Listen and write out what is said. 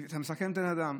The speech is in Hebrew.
אתה מסכן את האדם,